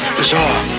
bizarre